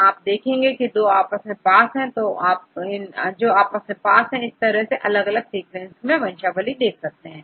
तो आप देखेंगे कि यह दो आपस में पास है और यह तो आपस में पास है इस तरह अलग अलग सीक्वेंस में वंशावली देख सकते हैं